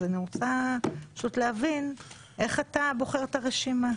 אז אני רוצה פשוט להבין איך אתה בוחר את הרשימה.